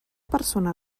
persona